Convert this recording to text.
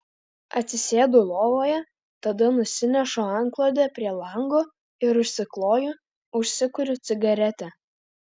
atsisėdu lovoje tada nusinešu antklodę prie lango ir užsikloju užsikuriu cigaretę